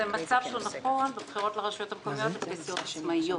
זה מצב שהוא נכון בבחירות לרשויות המקומיות הבלתי עצמאיות.